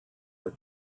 are